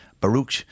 Baruch